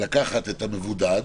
לקחת את המבודד,